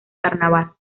carnaval